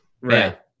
Right